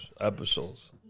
Episodes